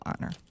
honor